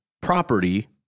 property